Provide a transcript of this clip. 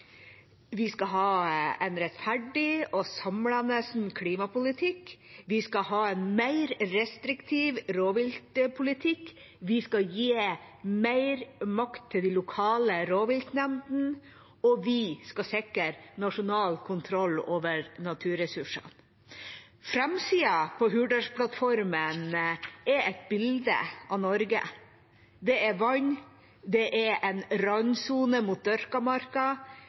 Vi skal ha en rettferdig og samlende klimapolitikk. Vi skal ha en mer restriktiv rovviltpolitikk. Vi skal gi mer makt til de lokale rovviltnemndene, og vi skal sikre nasjonal kontroll over naturressursene. På framsiden på Hurdalsplattformen er det et bilde av Norge. Det er vann, det er en randsone mot